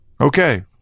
Okay